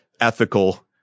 ethical